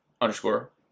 underscore